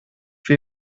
wie